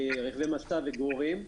רכבי משא וגוררים,